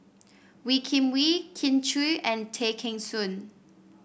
Wee Kim Wee Kin Chui and Tay Kheng Soon